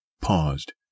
paused